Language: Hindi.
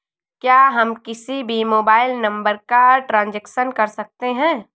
क्या हम किसी भी मोबाइल नंबर का ट्रांजेक्शन कर सकते हैं?